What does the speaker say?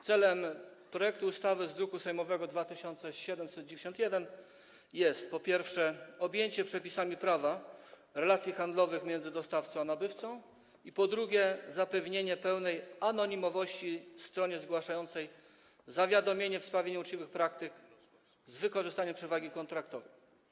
Celem projektu ustawy z druku sejmowego nr 2791 jest, po pierwsze, objęcie przepisami prawa relacji handlowych między dostawcą a nabywcą i, po drugie, zapewnienie pełnej anonimowości stronie zgłaszającej zawiadomienie w sprawie nieuczciwych praktyk z wykorzystaniem przewagi kontraktowej.